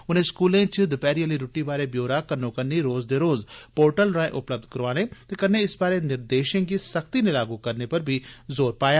उनें स्कूलें च दपैहरी आली रुट्टी बारै ब्यौरा कन्नो कन्नी रोज दे रोज पोर्टल राए उपलब्ध कराने ते कन्नै इस बारै निर्देशें गी सख्ती कन्नै लागू करने पर बी जोर दिता